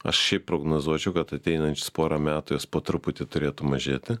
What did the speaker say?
aš šiaip prognozuočiau kad ateinančius porą metų jos po truputį turėtų mažėti